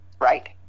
Right